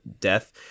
death